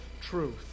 truth